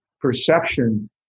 perception